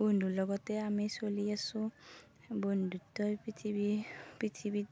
বন্ধুৰ লগতে আমি চলি আছোঁ বন্ধুত্বই পৃথিৱী পৃথিৱীত